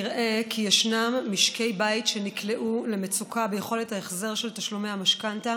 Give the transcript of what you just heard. נראה כי יש משקי בית שנקלעו למצוקה ביכולת ההחזר של תשלומי המשכנתה